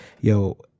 yo